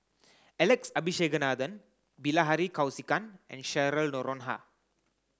Alex Abisheganaden Bilahari Kausikan and Cheryl Noronha